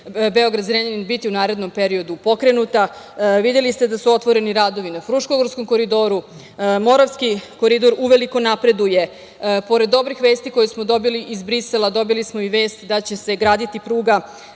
Beograd-Zrenjanin biti u narednom periodu pokrenuta. Videli ste da su otvoreni radovi na Fruškogorskom koridoru. Moravski koridor uveliko napreduje. Pored dobrih vesti koje smo dobili iz Brisela, dobili smo i vest da će se graditi pruga